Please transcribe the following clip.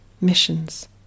missions